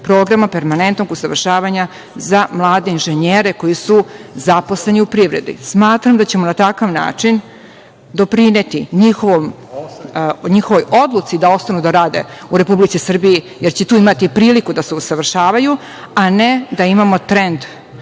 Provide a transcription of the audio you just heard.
Programa permanentnog usavršavanja za mlade inženjere koji su zaposleni u privredi. Smatram da ćemo na takav način doprineti njihovoj obuci da ostanu da rade u Republici Srbiji jer će tu imati priliku da se usavršavaju, a ne da imamo trend